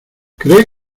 cree